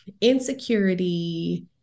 Insecurity